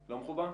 לא מחובר.